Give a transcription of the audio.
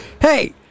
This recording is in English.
hey